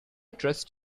trust